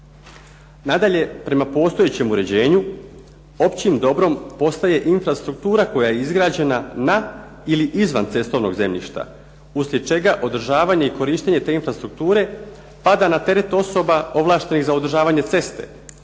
Nadalje, prema postojećem uređenju općim dobrom postaje infrastruktura koja je izgrađena na ili izvan cestovnog zemljišta uslijed čega održavanje i korištenje te infrastrukture pada na teret osoba ovlaštenih za održavanje ceste,